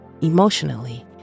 emotionally